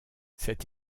cet